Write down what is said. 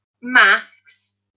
masks